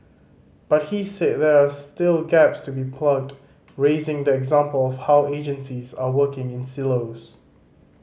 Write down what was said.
but he said there are still gaps to be plugged raising the example of how agencies are working in silos